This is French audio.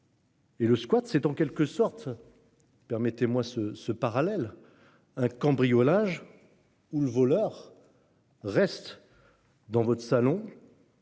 Et le squat, c'est en quelque sorte. Permettez-moi ce ce parallèle. Un cambriolage. Ou le voleur. Reste. Dans votre salon.